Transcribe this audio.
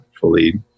fully